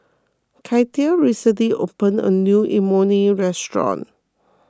Katia recently opened a new Imoni Restaurant